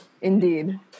indeed